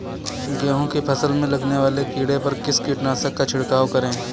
गेहूँ की फसल में लगने वाले कीड़े पर किस कीटनाशक का छिड़काव करें?